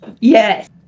Yes